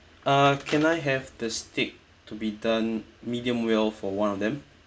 uh can I have the steak to be done medium well for one of them